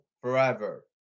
forever